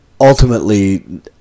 ultimately